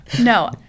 No